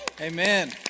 Amen